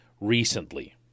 recently